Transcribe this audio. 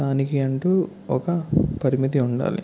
దానికి అంటూ ఒక పరిమితి ఉండాలి